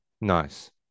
Nice